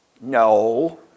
No